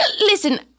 Listen